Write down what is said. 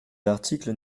l’article